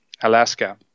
Alaska